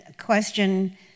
question